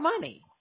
money